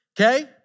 okay